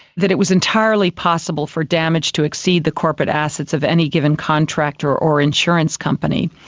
that it was entirely possible for damage to exceed the corporate assets of any given contractor or insurance company.